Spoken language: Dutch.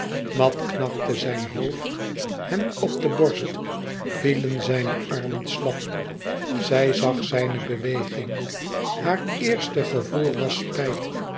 mat knakte zijn hoofd hem op de borst vielen zijne armen slap zij zag zijne beweging haar eerste gevoel was spijt